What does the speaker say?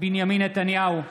בנימין נתניהו,